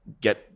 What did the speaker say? get